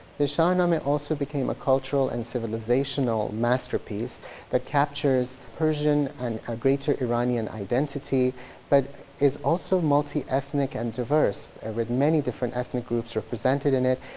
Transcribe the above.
the shahnameh also became a cultural and civilizational masterpiece that captures persian and a greater iranian identity but is also multi-ethnic and diverse with many different different ethnic groups represented in it,